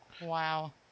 Wow